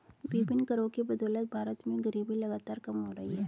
विभिन्न करों की बदौलत भारत में गरीबी लगातार कम हो रही है